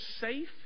safe